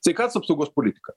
sveikatos apsaugos politika